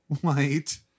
White